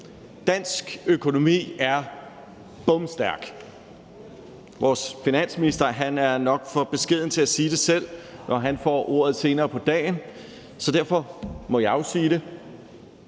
Dansk økonomi er bomstærk. Vores finansminister er nok for beskeden til at sige det selv, når han får ordet senere på dagen, så derfor må jeg jo sige det.